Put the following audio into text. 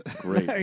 Great